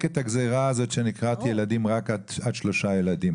את הגזירה הזאת שנקראת ילדים רק עד שלושה ילדים,